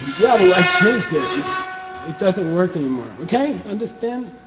yeah, well i changed it. and it doesn't work anymore. okay, understand?